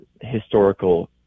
historical